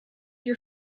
your